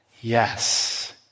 yes